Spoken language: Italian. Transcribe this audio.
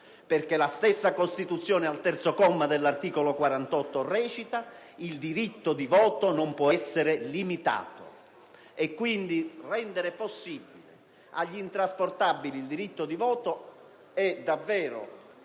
la stessa Costituzione, al quarto comma dell'articolo 48, afferma che il diritto di voto non può essere limitato. Quindi, rendere possibile agli intrasportabili il diritto di voto è davvero